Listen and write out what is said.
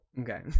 Okay